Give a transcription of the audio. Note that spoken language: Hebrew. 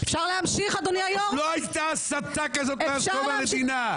לא הייתה הסתה כזאת מאז קום המדינה.